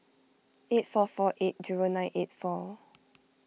eight four four eight zero nine eight four